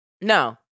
No